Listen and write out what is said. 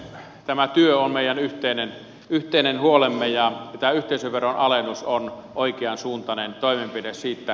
tämä työ on meidän yhteinen huolemme ja tämä yhteisöveron alennus on oikeansuuntainen toimenpide siitä